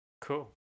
cool